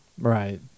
right